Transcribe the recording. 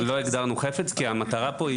לא הגדרנו חפץ, כי המטרה פה היא